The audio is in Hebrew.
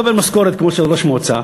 מקבל משכורת כמו של ראש מועצה,